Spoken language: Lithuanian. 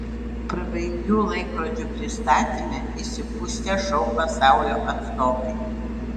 prabangių laikrodžių pristatyme išsipustę šou pasaulio atstovai